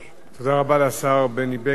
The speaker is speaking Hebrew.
תודה רבה לשר בני בגין.